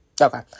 Okay